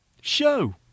Show